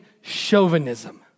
chauvinism